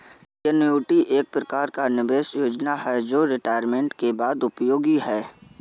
annuity एक प्रकार का निवेश योजना है जो रिटायरमेंट के बाद उपयोगी है